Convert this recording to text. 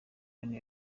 wari